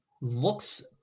looks